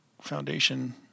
foundation